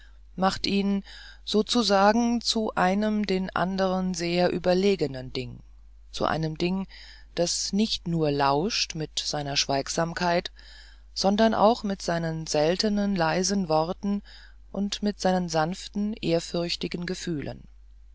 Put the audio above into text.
macht ihn sozusagen zu einem den anderen sehr überlegenen ding zu einem ding das nicht nur lauscht mit seiner schweigsamkeit sondern auch mit seinen seltenen leisen worten und mit seinen sanften ehrfürchtigen gefühlen